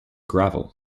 gravel